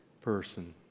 person